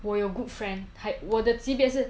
我有 good friend type 我的级别是